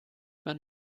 man